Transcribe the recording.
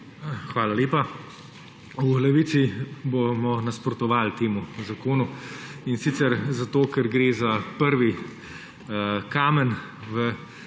Hvala lepa. V Levici bomo nasprotovali temu zakonu, ker gre za prvi kamen v